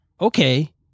Okay